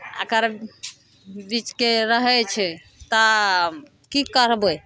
एकर बीचके रहै छै तऽ कि करबै